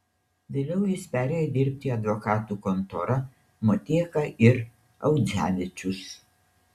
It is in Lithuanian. vėliau jis perėjo dirbti į advokatų kontorą motieka ir audzevičius